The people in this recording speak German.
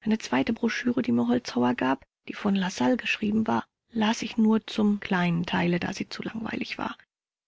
eine zweite broschüre die mir holzhauer gab die von lassalle geschrieben war las ich nur zum kleinen teile da sie zu langweilig war